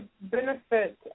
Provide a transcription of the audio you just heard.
benefit